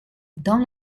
dans